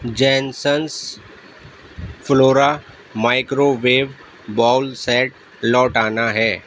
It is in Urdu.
جینسنس Flora microwave bowl set لوٹانا ہے